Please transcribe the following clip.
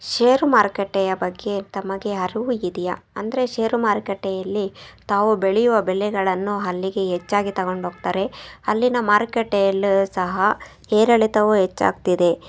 ಷೇರು ಮಾರುಕಟ್ಟೆಯ ಬಗ್ಗೆ ತಮಗೆ ಅರಿವು ಇದೆಯಾ ಅಂದರೆ ಷೇರು ಮಾರುಕಟ್ಟೆಯಲ್ಲಿ ತಾವು ಬೆಳೆಯುವ ಬೆಳೆಗಳನ್ನು ಅಲ್ಲಿಗೆ ಹೆಚ್ಚಾಗಿ ತಗೊಂಡು ಹೋಗ್ತಾರೆ ಅಲ್ಲಿನ ಮಾರುಕಟ್ಟೆಯಲ್ಲೂ ಸಹ ಏರಿಳಿತವು ಹೆಚ್ಚಾಗ್ತಿದೆ